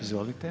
Izvolite.